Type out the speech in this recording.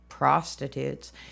prostitutes